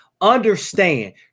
understand